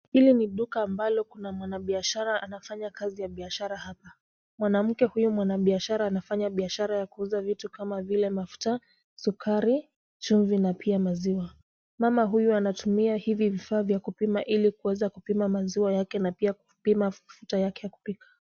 Hili ni duka ambalo kuna wanabiashara anafanya kazi ya biashara hapa, mwanamke huyu mwanabiashara anafanya biashara ya kuuza vitu kama vile mafuta, sukari, chumvi na pia maziwa. Mama huyu anatumia hivi vifaa vya kupima ili kuweza kupima maziwa yake na pia kupima mafuta yake ya kupika.